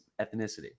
ethnicity